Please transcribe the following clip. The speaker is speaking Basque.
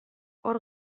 hor